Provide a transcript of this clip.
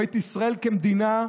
או את ישראל כמדינה,